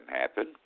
happen